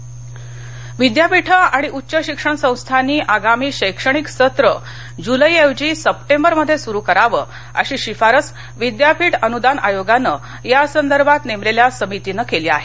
विद्यापीठ विद्यापीठं आणि उच्च शिक्षण संस्थांनी आगामी शैक्षणिक सत्र जुलै ऐवजी सप्टेबरमध्ये सुरू करावं अशी शिफारस विद्यापीठ अनुदान आयोगानं या संदर्भात नेमलेल्या समितीनं केली आहे